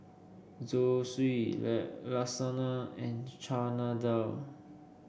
Zosui Lasagna and Chana Dal